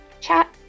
chat